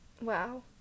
Wow